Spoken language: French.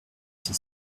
ses